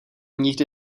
nikdy